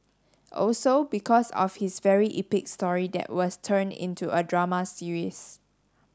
also because of his very epic story that was turned into a drama series